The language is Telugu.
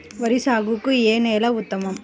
వరి సాగుకు ఏ నేల ఉత్తమం?